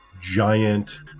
giant